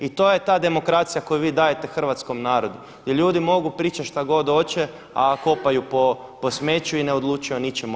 I to je ta demokracija koju vi dajete hrvatskom narodu jer ljudi mogu pričati šta god hoće a kopaju po smeću i ne odlučuju o ničemu.